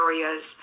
areas